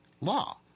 law